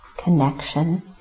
connection